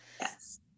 Yes